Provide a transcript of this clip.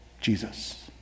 Jesus